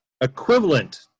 equivalent